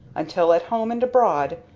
until, at home and abroad,